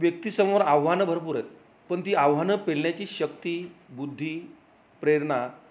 व्यक्तिसमोर आव्हानं भरपूर आहेत पण ती आव्हानं पेलण्याची शक्ती बुद्धी प्रेरणा